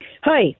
Hi